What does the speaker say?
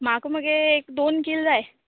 म्हाका मगे एक दोन किल जाय